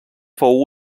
fou